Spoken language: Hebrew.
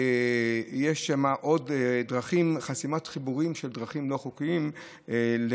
ויש שם עוד חסימת חיבורים של דרכים לא חוקיות לדרך.